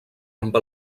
amb